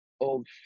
old